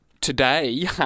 today